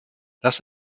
das